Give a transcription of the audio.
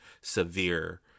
severe